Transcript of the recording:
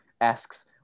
asks